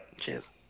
Cheers